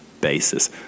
basis